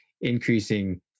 increasing